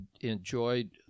enjoyed